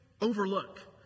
overlook